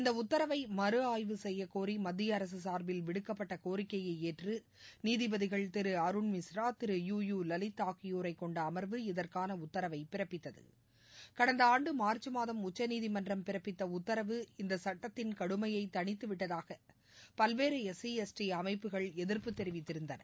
இந்த உத்தரவை மறு ஆய்வு செய்யக் கோரி மத்திய அரசு சார்பில் விடுக்கப்பட்ட கோரிக்கையை ஏற்று நீதிபதிகள் திரு அருண்மிஸ் திரு யு லலித் ஆகியோரைக் கொண்ட அமா்வு இதற்கான உத்தரவை பிறப்பித்தது கடந்த ஆண்டு மார்ச் மாதம் உச்சநீதிமன்றம் பிறப்பித்த உத்தரவு இந்த சுட்டத்தின் கடுமையை தணித்துவிட்டதாக பல்வேறு எஸ் சி எஸ் டி அமைப்புகள் எதிர்ப்பு தெரிவித்திருந்தன